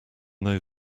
though